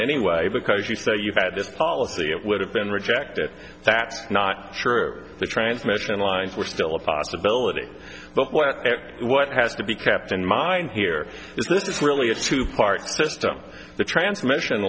anyway because as you say you had this policy it would have been rejected that's not true the transmission lines were still a possibility but what what has to be kept in mind here is this really a two part system the transmission